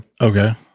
Okay